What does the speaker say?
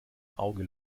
auge